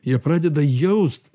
jie pradeda jaust